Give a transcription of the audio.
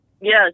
Yes